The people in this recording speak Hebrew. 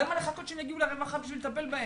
למה לחכות שהם יגיעו לרווחה בשביל לטפל בהם?